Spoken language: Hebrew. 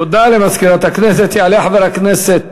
התשע"ג